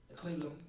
Cleveland